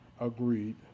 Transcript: Agreed